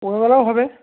কোকাকোলাও হবে